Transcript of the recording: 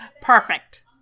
Perfect